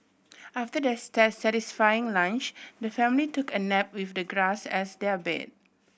after their satisfying lunch the family took a nap with the grass as their bed